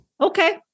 Okay